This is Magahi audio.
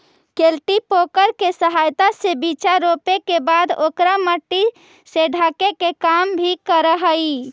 कल्टीपैकर के सहायता से बीचा रोपे के बाद ओकरा मट्टी से ढके के काम भी करऽ हई